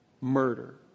Murder